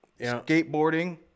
skateboarding